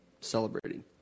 celebrating